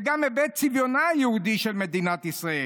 וגם היבט צביונה היהודי של מדינת ישראל.